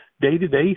day-to-day